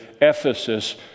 Ephesus